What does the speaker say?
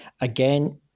Again